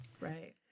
Right